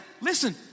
Listen